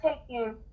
taking